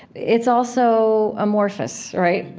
it's also amorphous, right?